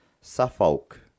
Suffolk